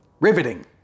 riveting